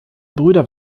brüder